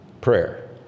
prayer